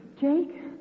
Jake